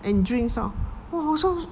and drinks lor !wah! 我说